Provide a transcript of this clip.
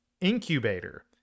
incubator